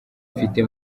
mfite